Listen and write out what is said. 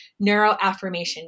neuroaffirmation